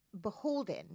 beholden